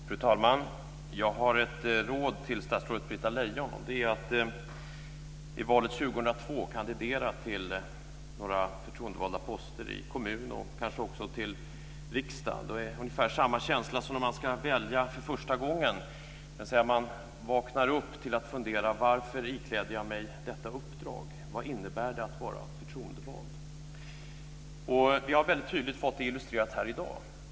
Fru talman! Jag har ett råd till statsrådet Britta Lejon. Det är att i valet 2002 kandidera till några förtroendevalda poster i kommunen, och kanske också till riksdagen. Det är ungefär samma känsla som när man ska välja för första gången. Man vaknar upp till att fundera: Varför ikläder jag mig detta uppdrag? Vad innebär det att vara förtroendevald? Vi har väldigt tydligt fått det illustrerat här i dag.